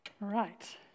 Right